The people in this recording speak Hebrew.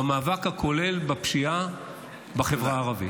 במאבק הכולל בפשיעה בחברה הערבית.